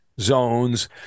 zones